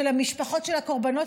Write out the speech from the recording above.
של המשפחות של הקורבנות.